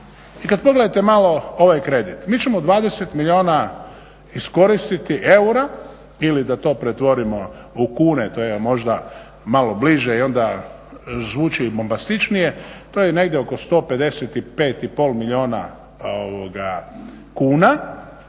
i kad pogledate malo ovaj kredit mi ćemo 20 milijuna iskoristiti eura ili da to pretvorimo u kune to je možda malo bliže i onda zvuči bombastičnije. To je negdje oko 155 i pol milijuna kuna,